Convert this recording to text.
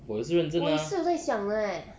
我也是认真的 ah